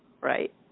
Right